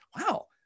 wow